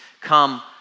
come